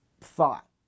thought